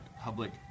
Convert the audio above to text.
Public